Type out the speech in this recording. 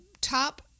top